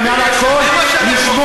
ומעל הכול לשמור,